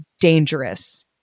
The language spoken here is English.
dangerous